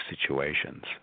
situations